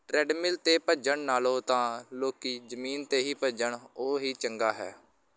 treadmill 'ਤੇ ਭੱਜਣ ਨਾਲੋਂ ਤਾਂ ਲੋਕ ਜ਼ਮੀਨ 'ਤੇ ਹੀ ਭੱਜਣ ਉਹ ਹੀ ਚੰਗਾ ਹੈ